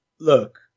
Look